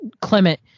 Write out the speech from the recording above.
Clement